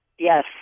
Yes